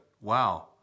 Wow